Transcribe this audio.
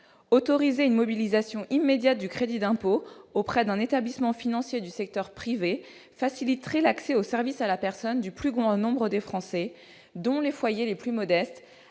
Autoriser une mobilisation immédiate du crédit d'impôt auprès d'un établissement financier du secteur privé faciliterait l'accès aux services à la personne du plus grand nombre de Français, dont les foyers les plus modestes,